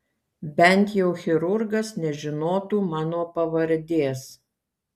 bent jau chirurgas nežinotų mano pavardės